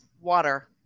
water